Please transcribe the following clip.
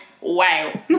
wow